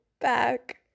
Back